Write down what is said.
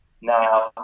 now